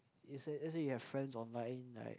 it say let's say you have friends online like